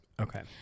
Okay